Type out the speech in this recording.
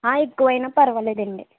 ఆ ఎక్కువైనా పర్వాలేదండి